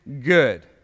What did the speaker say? good